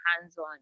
hands-on